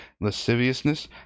lasciviousness